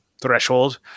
threshold